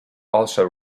also